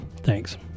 Thanks